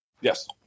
Yes